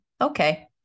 Okay